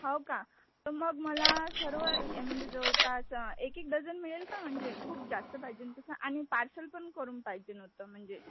हो का तर मग मला सर्व ए म्हणजे जवळपास एक एक डझन मिळेल का म्हणजे खूप जास्त पाहिजेन तसं आणि पार्सल पण करून पाहिजेन होतं म्हणजे